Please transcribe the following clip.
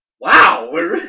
wow